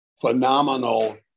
phenomenal